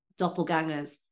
doppelgangers